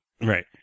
Right